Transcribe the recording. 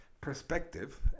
perspective